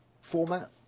format